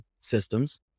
systems